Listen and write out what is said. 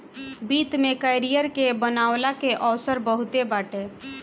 वित्त में करियर के बनवला के अवसर बहुते बाटे